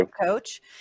coach